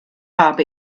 habe